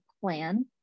plan